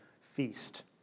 feast